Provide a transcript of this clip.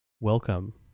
Welcome